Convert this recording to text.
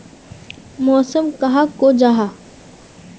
मौसम कहाक को जाहा?